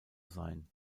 sein